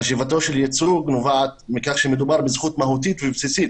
חשיבותו של ייצוג נובעת מכך שמדובר בזכות מהותית ובסיסית